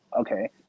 okay